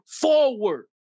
forward